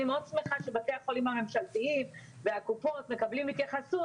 אני מאוד שמחה שבתי החולים הממשלתיים והקופות מקבלים התייחסות,